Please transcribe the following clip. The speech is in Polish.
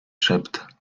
szept